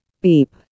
Beep